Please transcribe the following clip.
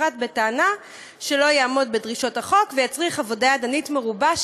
בפרט בטענה שלא יעמוד בדרישות החוק ויצריך עבודה ידנית מרובה,